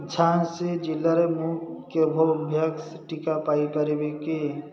ଝାନ୍ସୀ ଜିଲ୍ଲାରେ ମୁଁ କୋଭୋଭ୍ୟାକ୍ସ ଟିକା ପାଇପାରିବି କି